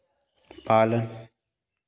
पालन